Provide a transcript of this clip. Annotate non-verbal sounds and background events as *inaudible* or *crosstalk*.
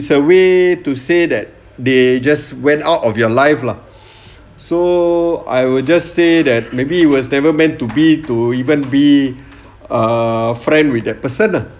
it's a way to say that they just went out of your life lah *breath* so I will just say that maybe it was never meant to be to even be a friend with that person lah